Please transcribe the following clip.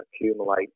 accumulate